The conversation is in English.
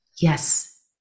Yes